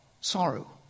sorrow